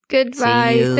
Goodbye